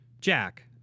Jack